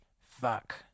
fuck